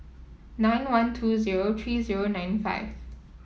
nine one two zero three zero nine five